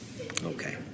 Okay